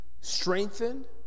strengthened